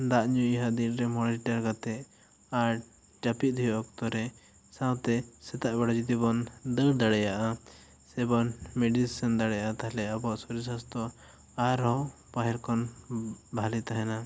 ᱫᱟᱜ ᱧᱩ ᱦᱩᱭᱩᱜᱼᱟ ᱫᱤᱱ ᱨᱮ ᱢᱚᱬᱮ ᱞᱤᱴᱟᱹᱨ ᱠᱟᱛᱮᱜ ᱟᱨ ᱡᱟᱹᱯᱤᱫ ᱦᱩᱭᱩᱜᱼᱟ ᱚᱠᱛᱚ ᱨᱮ ᱥᱟᱶᱛᱮ ᱥᱮᱛᱟᱜ ᱵᱮᱲᱟ ᱡᱩᱫᱤ ᱵᱚᱱ ᱫᱟᱹᱲ ᱫᱟᱲᱮᱭᱟᱜᱼᱟ ᱥᱮ ᱵᱚᱱ ᱢᱮᱰᱤᱴᱮᱥᱟᱱ ᱫᱟᱲᱮᱭᱟᱜᱼᱟ ᱛᱟᱦᱚᱞᱮ ᱟᱵᱚᱣᱟᱜ ᱥᱩᱨᱤᱨ ᱥᱟᱥᱛᱚ ᱟᱨᱦᱚᱸ ᱯᱟᱹᱦᱤᱞ ᱠᱷᱚᱱ ᱵᱷᱟᱹᱞᱤ ᱛᱟᱦᱮᱱᱟ